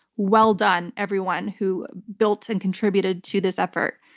well done everyone who built and contributed to this effort.